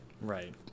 Right